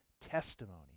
testimony